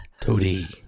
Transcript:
Toady